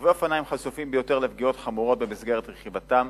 רוכבי אופניים חשופים ביותר לפגיעות חמורות במסגרת רכיבתם.